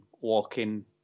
walking